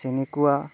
তেনেকুৱা